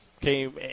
came